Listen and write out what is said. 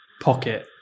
pocket